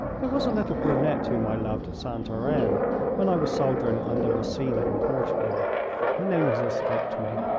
there was a little brunette whom i loved at santarem when i was soldiering under massena in portugal her name has escaped me.